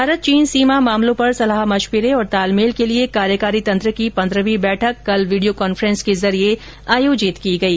भारत चीन सीमा मामलों पर सलाह मशविरे और तालमेल के लिए कार्यकारी तंत्र की पन्द्रहवीं बैठक कल वीडियो कांफ्रेंस के जरिए आयोजित की गई